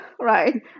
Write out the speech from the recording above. right